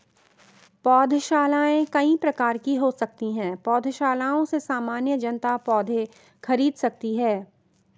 पौधशालाएँ कई प्रकार की हो सकती हैं पौधशालाओं से सामान्य जनता पौधे खरीद सकती है